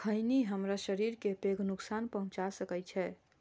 खैनी हमरा शरीर कें पैघ नुकसान पहुंचा सकै छै